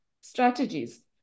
strategies